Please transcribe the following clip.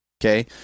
Okay